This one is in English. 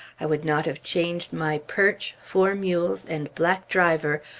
i would not have changed my perch, four mules, and black driver,